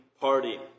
party